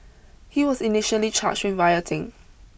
he was initially charged with rioting